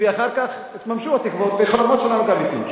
ואחר כך יתממשו התקוות, והחלומות שלנו גם יתממשו.